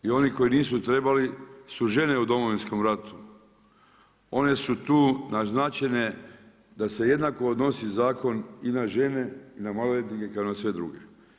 I oni koji nisu trebali su žene u Domovinskom ratu, one su tu naznačene da se jednako odnosi na i na žene i na maloljetnike kao i na sve druge.